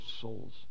souls